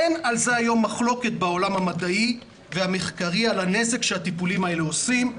אין היום מחלוקת בעולם המדעי והמחקרי על הנזק שהטיפולים האלה עושים.